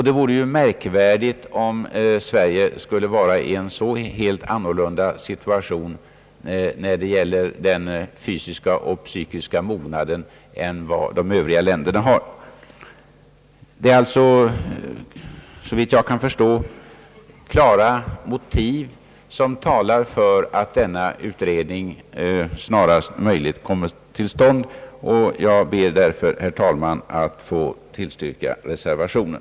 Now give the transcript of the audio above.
Det vore märkvärdigt om Sverige skulle vara i en så helt annorlunda situation än de övriga länderna när det gäller den fysiska och psykiska mognaden. Det är alltså såvitt jag förstår klara motiv som talar för att denna utredning snarast möjligt bör komma till stånd. Jag ber därför, herr talman, att få tillstyrka reservationen.